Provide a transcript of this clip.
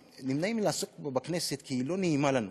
נמנעים מלעסוק בה בכנסת כי היא לא נעימה לנו,